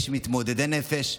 יש "מתמודדי נפש".